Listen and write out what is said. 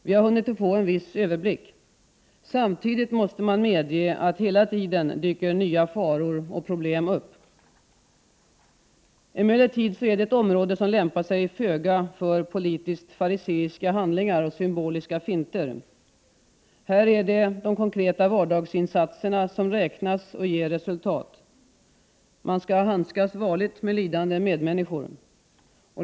Vi har hunnit få en viss överblick. Samtidigt måste man medge att hela tiden dyker nya faror och problem upp. Emellertid är det ett område som lämpar sig föga för politiskt fariseiska handlingar och symboliska finter. Här är det de konkreta vardagsinsatserna som räknas och ger resultat. Man skall handskas varligt med lidande medmänniskor.